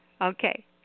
Okay